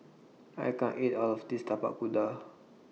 I can't eat All of This Tapak Kuda